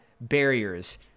barriers